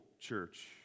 church